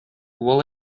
will